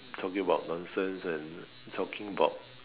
talking about nonsense and talking about